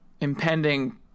impending